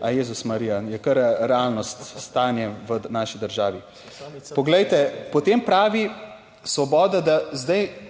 a Jezus Marija, je kar realno stanje v naši državi. Poglejte, potem pravi Svoboda, da zdaj